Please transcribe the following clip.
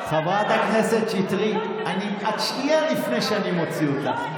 חברת הכנסת שטרית, את שנייה לפני שאני מוציא אותך.